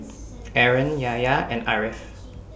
Aaron Yahya and Ariff